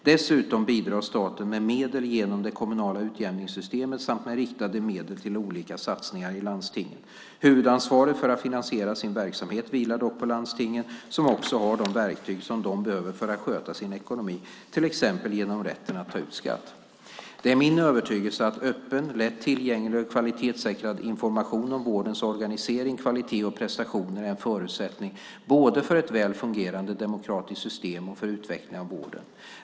Dessutom bidrar staten med medel genom det kommunala utjämningssystemet samt med riktade medel till olika satsningar i landstingen. Huvudansvaret för att finansiera sin verksamhet vilar dock på landstingen som också har de verktyg som de behöver för att sköta sin ekonomi till exempel genom rätten att ta ut skatt. Det är min övertygelse att öppen, lätt tillgänglig och kvalitetssäkrad information om vårdens organisering, kvalitet och prestationer är en förutsättning både för ett väl fungerande demokratiskt system och för utvecklingen av vården.